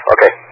Okay